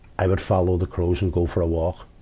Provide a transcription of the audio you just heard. i would follow the crows and go for a walk,